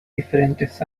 diferentes